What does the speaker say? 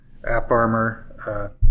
AppArmor